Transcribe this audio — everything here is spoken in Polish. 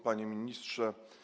Panie Ministrze!